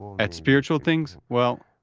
at spiritual things? well,